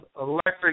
electric